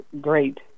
great